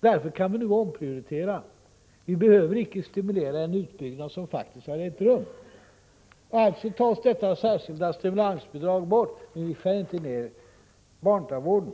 Därför kan vi nu omprioritera. Vi behöver icke stimulera en utbyggnad som faktiskt har ägt rum. Alltså tas detta särskilda stimulansbidrag bort, men vi skär inte ned på barntandvården.